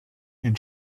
and